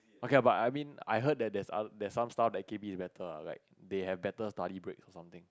okay ah but I mean I heard that there's other there's some stuff that K P is better ah like they have better study breaks or something